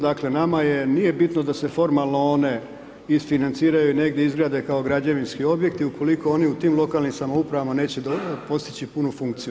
Dakle nama je, nije bitno da se formalno one isfinanciraju i negdje izgrade kao građevinski objekti ukoliko oni u tim lokalnim samoupravama neće postići punu funkciju.